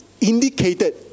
indicated